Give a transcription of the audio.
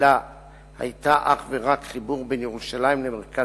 הסלילה אך ורק חיבור בין ירושלים למרכז